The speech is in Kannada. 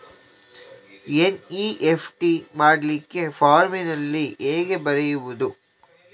ಎನ್.ಇ.ಎಫ್.ಟಿ ಮಾಡ್ಲಿಕ್ಕೆ ಫಾರ್ಮಿನಲ್ಲಿ ಹೇಗೆ ಬರೆಯುವುದು?